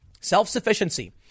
Self-sufficiency